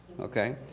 Okay